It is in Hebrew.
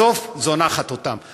בסוף זונחת אותם.